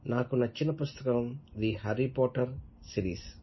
నాకు నచ్చిన పుస్తకం ది హ్యారి పోటర్ సిరీస్